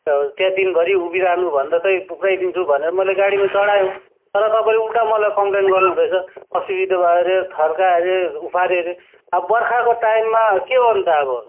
अब त्यहाँ दिनभरि उभिरहनुभन्दा तै पुऱ्याइदिन्छु भनेर मैले गाडीमा चढायो तर तपाईँले उल्टा मलाई कम्प्लेन गर्नुहुँदैछ असुविधा भयो अरे थर्कायो अरे उफाऱ्यो अरे अब बर्खाको टाइममा के गर्नु त अब